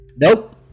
Nope